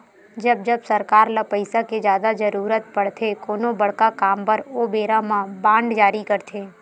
जब जब सरकार ल पइसा के जादा जरुरत पड़थे कोनो बड़का काम बर ओ बेरा म बांड जारी करथे